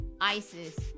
Isis